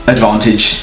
Advantage